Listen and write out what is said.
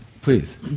please